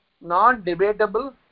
non-debatable